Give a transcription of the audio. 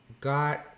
got